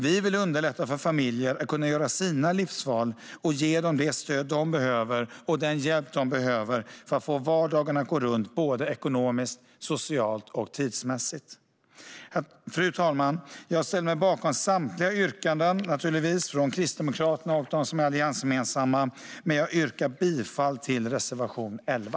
Vi vill underlätta för familjer att kunna göra sina livsval och ge dem det stöd och den hjälp de behöver för att få vardagen att gå runt ekonomiskt, socialt och tidsmässigt. Fru talman! Jag ställer mig naturligtvis bakom samtliga yrkanden från Kristdemokraterna och de alliansgemensamma yrkandena, men jag yrkar bifall till reservation 11.